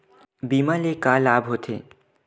बीमा ले का लाभ होथे?